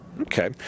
Okay